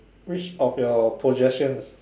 which of your possessions